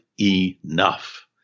enough